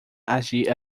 agir